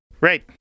Right